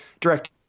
direct